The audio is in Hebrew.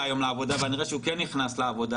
היום לעבודה ואני רואה שהוא כן נכנס לעבודה,